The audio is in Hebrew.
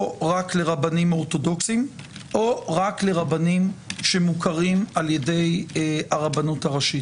רק לרבנים אורתודוכסים או רק לרבנים שמוכרים על ידי הרבנות הראשית.